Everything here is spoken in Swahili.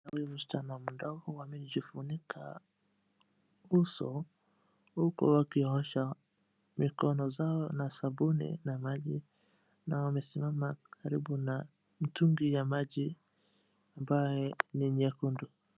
Huyu msichana mdogo amejifunika uso, huku akiosha mikono zao na sabuni na maji, na wamesimama karibu na mtungi ya maji, ambayo ni...